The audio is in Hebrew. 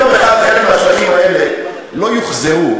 אם יום אחד חלק מהשטחים האלה לא יוחזרו,